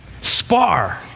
Spar